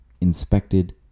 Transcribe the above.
inspected